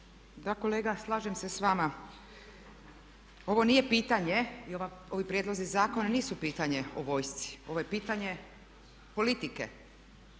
Da kolega, slažem se sa vama. Ovo nije pitanje i ovi prijedlozi zakona nisu pitanje o vojsci. Ovo je pitanje politike